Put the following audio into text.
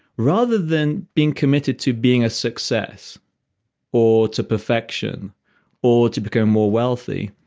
rather than being committed to being a success or to perfection or to become more wealthy,